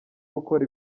gukora